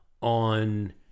on